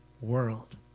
world